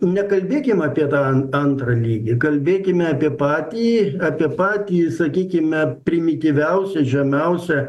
nekalbėkim apie tą ant antrą lygį kalbėkime apie patį apie patį sakykime primityviausią žemiausią